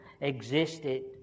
existed